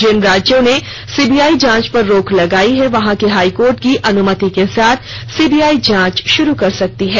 जिन राज्यों ने सीबीआई जांच पर रोक लगाई गई है वहां के हाईकोर्ट की अनुमति के साथ सीबीआई जांच शुरू कर सकती है